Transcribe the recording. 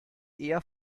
eher